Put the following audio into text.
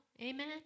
amen